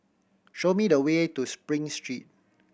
show me the way to Spring Street